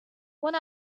one